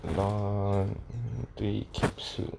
laundry capsule